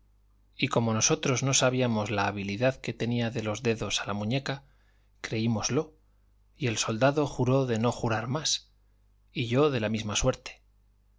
y como nosotros no sabíamos la habilidad que tenía de los dedos a la muñeca creímoslo y el soldado juró de no jurar más y yo de la misma suerte